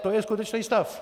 To je skutečný stav.